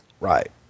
Right